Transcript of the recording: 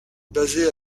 basée